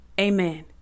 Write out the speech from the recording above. Amen